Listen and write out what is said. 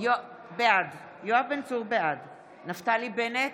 בעד נפתלי בנט,